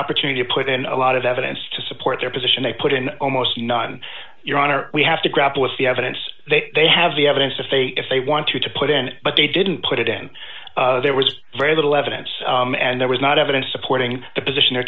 opportunity to put in a lot of evidence to support their position they put in almost not your honor we have to grapple with the evidence they have the evidence to face if they want to put in but they didn't put it in there was very little evidence and there was not evidence supporting the position they're